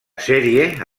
sèrie